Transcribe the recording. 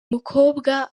mukobwa